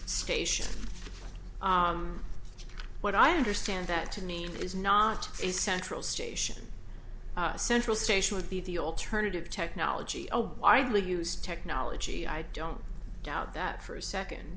station what i understand that to mean is not a central station central station would be the alternative technology a widely used technology i don't doubt that for a second